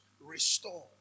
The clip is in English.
Restore